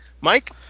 Mike